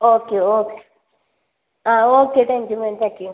okay okay ah okay thank you ma'am thank you